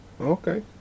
Okay